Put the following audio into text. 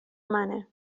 منه